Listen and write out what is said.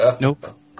Nope